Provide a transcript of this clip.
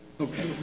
Okay